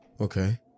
Okay